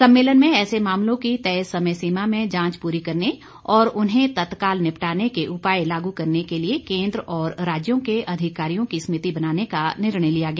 सम्मेलन में ऐसे मामलों की तय समय सीमा में जांच पूरी करने और उन्हें तत्काल निपटाने के उपाय लागू करने के लिए केन्द्र और राज्यों के अधिकारियोंकी समिति बनाने का निर्णय लिया गया